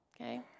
okay